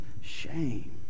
shame